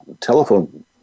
telephone